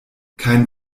kein